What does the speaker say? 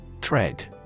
Tread